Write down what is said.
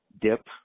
dip